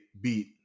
beat